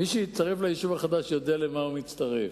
מי שיצטרף ליישוב חדש יודע למה הוא מצטרף,